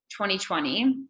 2020